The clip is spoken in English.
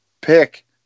pick